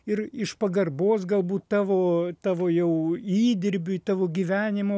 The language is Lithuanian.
ir iš pagarbos galbūt tavo tavo jau įdirbiui tavo gyvenimo